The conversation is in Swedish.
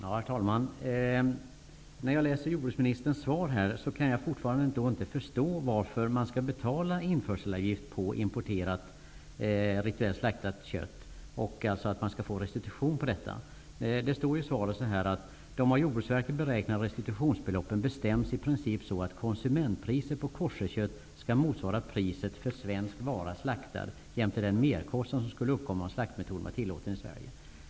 Herr talman! När jag läser vad som står i jordbruksministerns svar kan jag fortfarande inte förstå varför man skall betala tillbaka införselavgift på importerat rituellt slaktat kött, dvs. att det skall ske restitution. Det står i svaret: ''De av Jordbruksverket beräknade restitutionsbeloppen bestäms i princip så att konsumentpriset på koscherkött skall motsvara priset för svensk vara jämte den merkostnad som skulle uppkomma om slaktmetoden var tillåten i Sverige.''